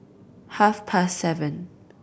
half past seven